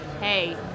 hey